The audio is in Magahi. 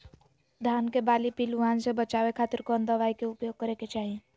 धान के बाली पिल्लूआन से बचावे खातिर कौन दवाई के उपयोग करे के चाही?